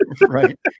Right